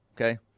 Okay